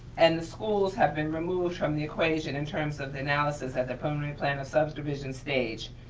and the schools have been removed from the equation in terms of the analysis at the preliminary plan of subdivision stage.